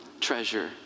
treasure